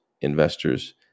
Investors